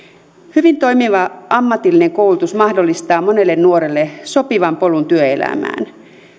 hyvin toimiva ammatillinen koulutus mahdollistaa monelle nuorelle sopivan polun työelämään